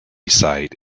site